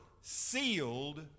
sealed